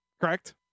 correct